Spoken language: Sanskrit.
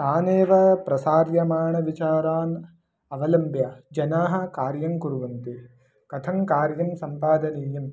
तानेव प्रसार्यमाणविचारान् अवलम्ब्य जनाः कार्यं कुर्वन्ति कथं कार्यं सम्पादनीयम्